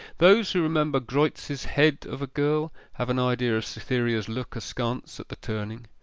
those who remember greuze's head of a girl have an idea of cytherea's look askance at the turning.